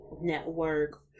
network